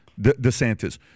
DeSantis